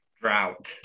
drought